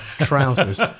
Trousers